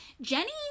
jenny